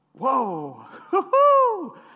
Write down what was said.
Whoa